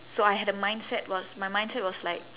so I had a mindset was my mindset was like